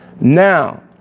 Now